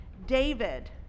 David